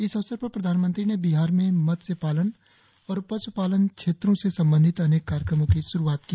इस अवसर पर प्रधानमंत्री ने बिहार में मत्स्य पालन और पशुपालन क्षेत्रों से संबंधित अनेक कार्यक्रमों की श्रूआत की